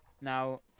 now